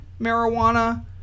marijuana